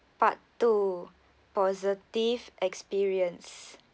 part two positive experience